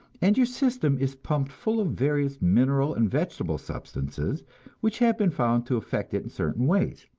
and your system is pumped full of various mineral and vegetable substances which have been found to affect it in certain ways.